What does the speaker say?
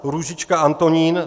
Růžička Antonín